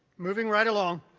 moving right along